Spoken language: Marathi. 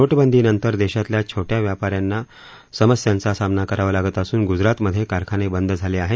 नोट बंदी नंतर देशातल्या छोट्या व्यापा यांना समस्यांचा सामना करावा लागत असून गुजरातमध्ये कारखाने बंद झालं आहेत